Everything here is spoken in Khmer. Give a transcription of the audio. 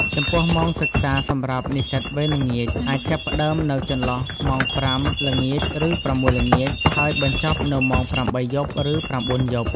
ចំពោះម៉ោងសិក្សាសម្រាប់និស្សិតវេនល្ងាច អាចចាប់ផ្តើមនៅចន្លោះម៉ោង ៥ ល្ងាច ឬ ៦ ល្ងាច ហើយបញ្ចប់នៅម៉ោង ៨ យប់ ឬ ៩ យប់។